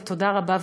ותודה רבה,